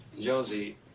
Josie